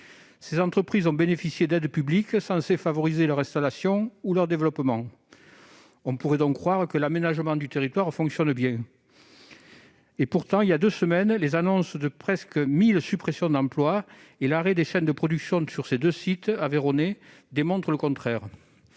Ces entreprises ont bénéficié d'aides publiques censées favoriser leur installation ou leur développement. On pourrait donc croire que l'aménagement du territoire fonctionne bien. Pourtant, les annonces de presque 1 000 suppressions d'emplois et l'arrêt des chaînes de production sur les deux sites aveyronnais voilà deux semaines